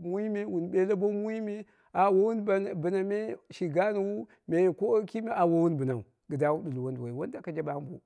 mu, me wun belle bong mui me ah wowun bɨna bɨna me shi gaanwu ah me auwo wowun bɨnau wu ɗil wonduwoi walla ka jaɓe ambo.